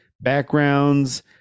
backgrounds